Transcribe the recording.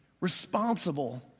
responsible